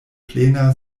plena